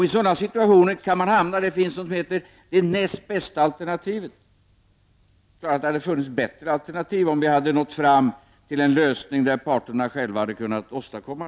I sådana situationer kan man hamna. Det finns någonting som heter det näst bästa alternativet. Det hade funnits bättre alternativ om vi nått fram till en lösning som parterna själva hade kunnat åstadkomma.